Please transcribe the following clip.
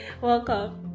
welcome